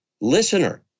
listener